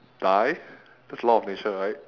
die that's law of nature right